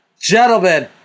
gentlemen